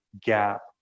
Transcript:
Gap